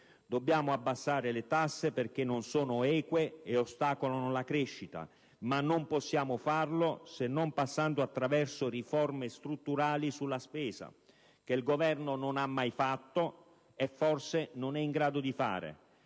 Dobbiamo abbassare le tasse perché non sono eque e ostacolano la crescita, ma non possiamo farlo se non passando attraverso riforme strutturali della spesa che il Governo non ha mai fatto e, forse, non è in grado di fare;